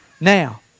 Now